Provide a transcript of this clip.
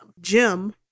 Jim